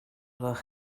gloch